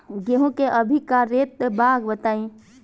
गेहूं के अभी का रेट बा बताई?